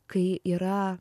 kai yra